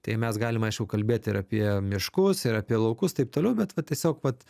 tai mes galim aišku kalbėt ir apie miškus ir apie laukus taip toliau bet vat tiesiog vat